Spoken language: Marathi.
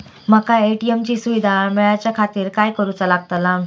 माका ए.टी.एम ची सुविधा मेलाच्याखातिर काय करूचा लागतला?